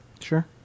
Sure